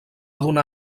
donar